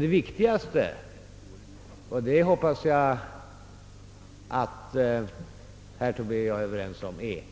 Det viktigaste — det hoppas jag att herr Tobé och jag är överens om — är